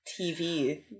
TV